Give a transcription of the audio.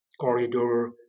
corridor